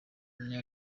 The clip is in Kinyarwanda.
umunya